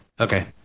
Okay